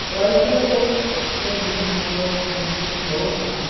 price sir ਉਹ ਉਹ ਜਿਹੜੀ ਮਤਲਬ ਬੁਕਸ ਤੁਸੀਂ ਲਉਗੇ ਨਾ